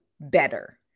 better